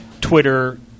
Twitter